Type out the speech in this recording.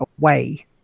away